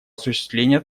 осуществления